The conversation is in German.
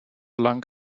lang